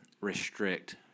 restrict